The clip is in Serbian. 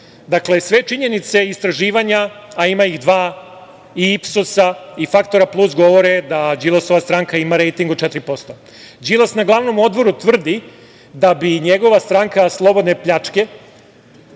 SSP.Dakle, sve činjenice i istraživanja, a ima ih dva, i Ipsosa i Faktora Plus govore da Đilasova stranka ima rejting od 4%. Đilas na glavnom odboru tvrdi da bi njegova stranka slobodne pljačke,